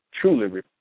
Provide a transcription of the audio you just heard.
truly